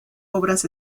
obras